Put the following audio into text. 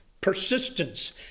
persistence